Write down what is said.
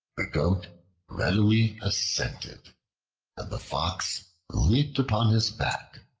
the goat readily assented and the fox leaped upon his back.